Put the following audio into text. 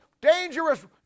dangerous